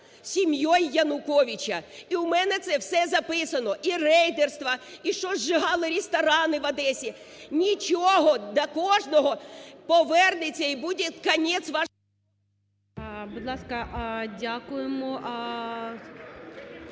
сім'єю Януковича, і у мене це все записано: і рейдерство, і що сжигали ресторани в Одесі. Нічого, до кожного повернеться і буде конец ваш… ГОЛОВУЮЧИЙ. Будь ласка, дякуємо.